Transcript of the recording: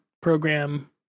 program